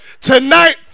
tonight